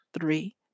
three